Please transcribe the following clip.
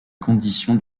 conditions